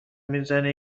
میزنه